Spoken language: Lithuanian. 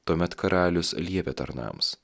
tuomet karalius liepė tarnams